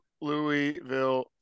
Louisville